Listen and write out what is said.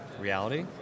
reality